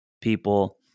people